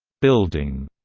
building.